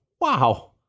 wow